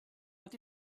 hat